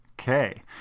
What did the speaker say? Okay